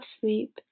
sleep